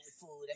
food